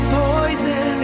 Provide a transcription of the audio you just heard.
poison